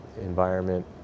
environment